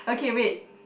okay wait